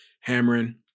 hammering